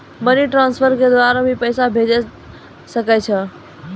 Money transfer के द्वारा भी पैसा भेजै सकै छौ?